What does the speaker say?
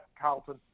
Carlton